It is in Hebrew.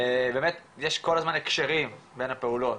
באמת יש כל הזמן הקשרים בין הפעולות.